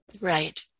Right